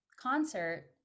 concert